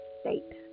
state